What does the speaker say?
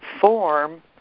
form